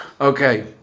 Okay